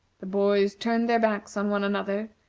the boys turned their backs on one another,